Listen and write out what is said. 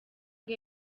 bwe